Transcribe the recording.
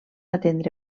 atendre